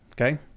okay